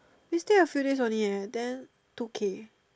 we stay a few days only eh then two K